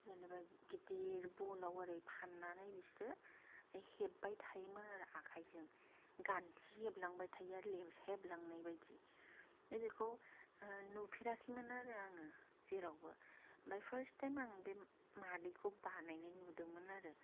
जेनेबा गिदिर बलाव ओरै फाननानै बिस्रो हेबबाय थायोमोन ओरै आखायजों गान्थि हेबलांबाय थायो लेमसाय हेबलांनाय बायदि दा बेखौ नुफेराखैमोन आरो आङो जेरावबो आमफ्राय फार्स्ट टाइम बे मादैखौ बानायनाय नुदोंमोन आरो